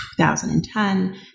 2010